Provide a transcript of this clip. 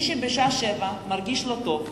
מי שבשעה 19:00 מרגיש לא טוב,